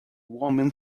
woman